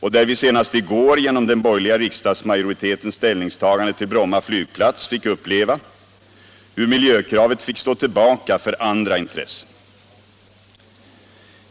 och där vi senast i går genom den borgerliga riksdagsmajoritetens ställningstagande till Bromma flygplats fick uppleva hur miljökravet fick stå tillbaka för andra intressen.